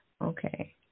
Okay